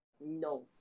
No